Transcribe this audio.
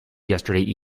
yesterday